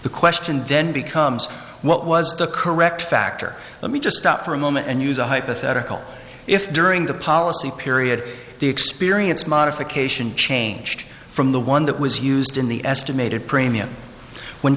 the question then becomes what was the correct factor let me just stop for a moment and use a hypothetical if during the policy period the experience modification changed from the one that was used in the estimated premium when